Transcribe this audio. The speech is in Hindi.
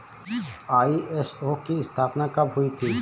आई.एस.ओ की स्थापना कब हुई थी?